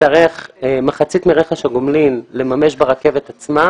תצטרך מחצית מרכש הגומלין לממש ברכבת עצמה